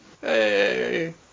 Hey